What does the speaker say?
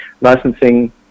licensing